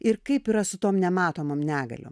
ir kaip yra su tom nematomom negaliom